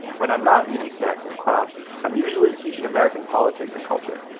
when i'm not eating snacks in class, i'm usually teaching american politics and culture,